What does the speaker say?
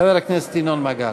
חבר הכנסת ינון מגל.